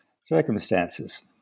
circumstances